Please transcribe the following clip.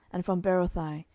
and from berothai,